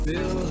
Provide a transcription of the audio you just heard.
Feel